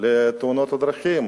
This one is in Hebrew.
לתאונות הדרכים,